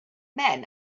men